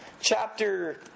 chapter